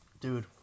Dude